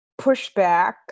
pushback